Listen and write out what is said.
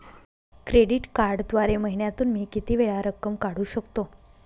Credit कार्डद्वारे महिन्यातून मी किती वेळा रक्कम काढू शकतो?